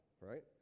right